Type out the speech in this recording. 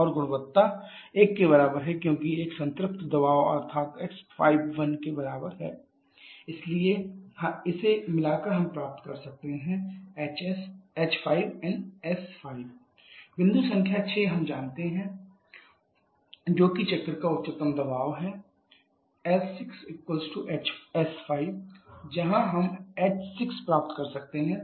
और गुणवत्ता 1 के बराबर है क्योंकि एक संतृप्त वाष्प अर्थात x5 1 इसलिए इसे मिलाकर हम प्राप्त कर सकते हैं h5hgP5 s5sgP5 बिंदु संख्या 6 हम जानते हैं P6 08 MPa जोकि चक्र का उच्चतम दबाव है s6 s5 वहाँ से हम h6 पर प्राप्त कर सकते हैं